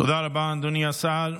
תודה רבה, אדוני השר.